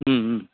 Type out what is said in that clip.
ம்ம்